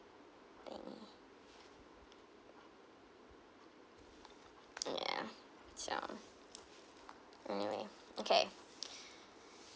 thing ya so anyway okay